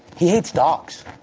he hates dogs,